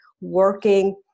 working